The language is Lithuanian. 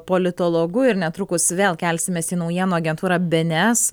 politologu ir netrukus vėl kelsimės į naujienų agentūrą bėnėes